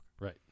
right